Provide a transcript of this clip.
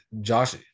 Josh